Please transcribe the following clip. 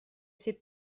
sais